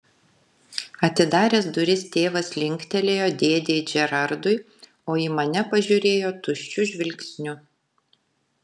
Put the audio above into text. atidaręs duris tėvas linktelėjo dėdei džerardui o į mane pažiūrėjo tuščiu žvilgsniu